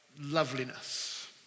loveliness